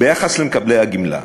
ביחס למקבלי הגמלה,